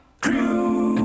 Crew